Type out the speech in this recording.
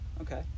Okay